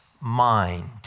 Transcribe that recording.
mind